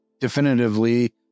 definitively